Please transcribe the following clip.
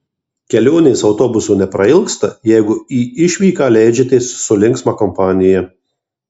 kelionės autobusu neprailgsta jeigu į išvyką leidžiatės su linksma kompanija